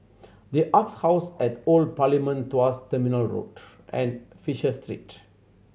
The Arts House at the Old Parliament Tuas Terminal Road and Fisher Street